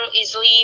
easily